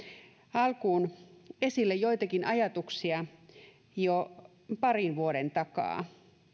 alkuun esille joitakin ajatuksia jo parin vuoden takaa